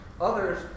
Others